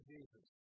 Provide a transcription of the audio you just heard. Jesus